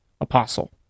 Apostle